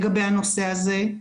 לגבי הנושא הזה.